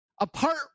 Apart